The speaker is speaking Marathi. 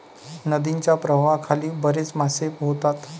नदीच्या प्रवाहाखाली बरेच मासे पोहतात